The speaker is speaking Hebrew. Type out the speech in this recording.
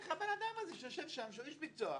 האדם הזה שיושב שם, שהוא איש מקצוע,